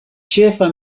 ĉefa